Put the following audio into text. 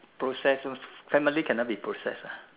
possession family cannot be possess ah